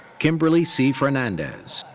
kimberly c. fernandez.